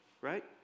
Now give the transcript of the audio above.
right